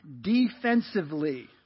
defensively